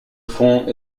fond